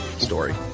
story